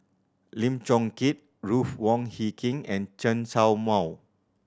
Lim Chong Keat Ruth Wong Hie King and Chen Show Mao